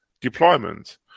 deployment